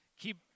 keep